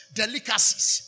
delicacies